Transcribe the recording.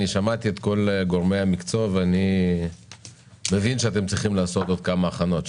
שמעתי את כל גורמי המקצוע ואני מבין שאתם צריכים לעשות עוד כמה הכנות.